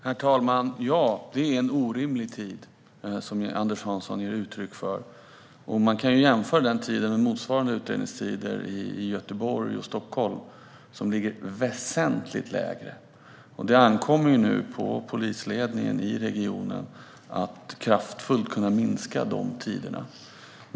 Herr talman! Ja, det är en orimlig tid, vilket Anders Hansson ger uttryck för. Man kan jämföra den tiden med motsvarande utredningstider i Göteborg och i Stockholm som ligger väsentligt lägre. Det ankommer nu på polisledningen i regionen att kraftfullt minska dessa tider.